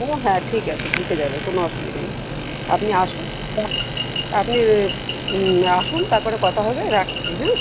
হ্যাঁ হ্যাঁ ঠিক আছে ঢুকে যাবে কোনো অসুবিধে নেই আপনি আসুন হ্যাঁ আপনি আসুন তারপরে কথা হবে রাখছি হ্যাঁ